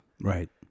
Right